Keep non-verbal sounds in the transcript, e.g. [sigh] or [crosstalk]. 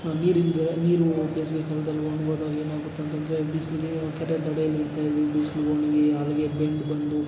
ನೀರಿಲ್ಲದೆ ನೀರೂ ಬೇಸ್ಗೆಕಾಲ್ದಲ್ಲಿ ಒಣ್ಗಿ ಹೋದಾಗ ಏನಾಗುತ್ತೆ ಅಂತಂದರೆ ಬಿಸಿಲಿಗೆ ಕೆರೆ ದಂಡೇಲಿ [unintelligible] ಈ ಬಿಸಿಲಿಗೆ ಒಣಗಿ ಈ ಹಲಗೆ ಬೆಂಡು ಬಂದು